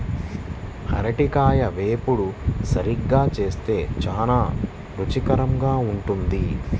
అరటికాయల వేపుడు సరిగ్గా చేస్తే చాలా రుచికరంగా ఉంటుంది